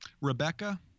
Rebecca